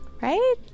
right